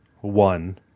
one